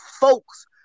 folks